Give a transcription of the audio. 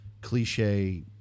cliche